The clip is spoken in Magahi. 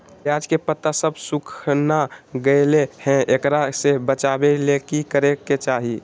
प्याज के पत्ता सब सुखना गेलै हैं, एकरा से बचाबे ले की करेके चाही?